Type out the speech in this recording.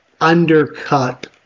undercut